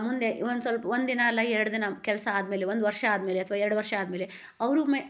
ಮುಂದೆ ಒಂದು ಸ್ವಲ್ಪ ಒಂದು ದಿನ ಅಲ್ಲ ಎರಡು ದಿನ ಕೆಲಸ ಆದಮೇಲೆ ಒಂದು ವರ್ಷ ಆದಮೇಲೆ ಅಥ್ವಾ ಎರಡು ವರ್ಷ ಆದಮೇಲೆ ಅವರು ಮೆ